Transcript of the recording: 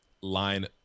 line